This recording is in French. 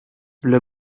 v’là